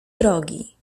drogi